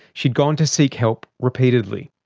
she'd gone to seek help repeatedly.